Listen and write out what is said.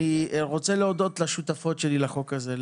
אני רוצה להודות לשותפות שלי לחוק הזה,